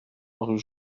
rue